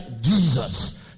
jesus